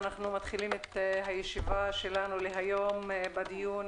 אנחנו מתחילים את הישיבה שלנו להיום בדיון